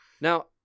Now